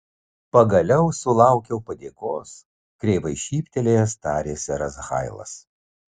pagaliau sulaukiau padėkos kreivai šyptelėjęs tarė seras hailas